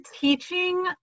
teaching